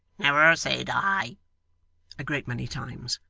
never say die a great many times,